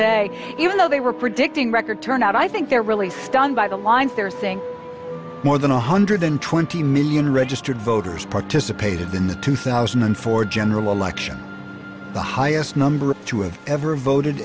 day even though they were predicting record turnout i think they're really stunned by the lines there's thing more than one hundred twenty million registered voters participated in the two thousand and four general election the highest number to have ever voted